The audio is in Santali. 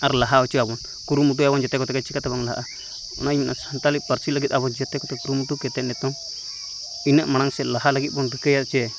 ᱟᱨ ᱞᱟᱦᱟ ᱦᱚᱪᱚᱭ ᱟᱵᱚᱱ ᱠᱩᱨᱩ ᱢᱩᱴᱩᱭᱟᱵᱚᱱ ᱡᱮᱛᱮ ᱠᱚᱛᱮ ᱜᱮ ᱪᱮᱠᱟᱛᱮ ᱵᱟᱝ ᱞᱟᱦᱟᱜᱼᱟ ᱚᱱᱟᱧ ᱢᱮᱱᱮᱜᱼᱟ ᱟᱵᱚ ᱥᱟᱱᱛᱟᱞᱤ ᱯᱟᱹᱨᱥᱤ ᱞᱟᱹᱜᱤᱫ ᱟᱵᱚ ᱡᱮᱛᱮ ᱠᱩᱨᱩᱢᱩᱴᱩ ᱠᱟᱛᱮᱱ ᱱᱤᱛᱚᱝ ᱛᱤᱱᱟᱹᱜ ᱢᱟᱲᱟᱝ ᱥᱮᱡ ᱞᱟᱦᱟᱜ ᱞᱟᱹᱜᱤᱫ ᱵᱚᱱ ᱨᱤᱠᱟᱹᱭᱟ ᱡᱮ